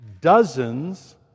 dozens